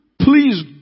please